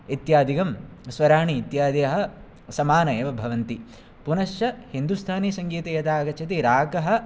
इत्यादिकं स्वराणि इत्यादयः समानाः एव भवन्ति पुनश्च हिन्दुस्थानीसङ्गीते यदा आगच्छति रागः